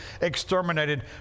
Exterminated